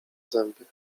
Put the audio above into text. zęby